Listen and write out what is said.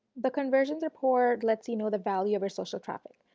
the conversions report lets you know the value of your social traffic.